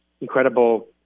incredible